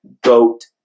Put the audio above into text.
goat